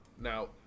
now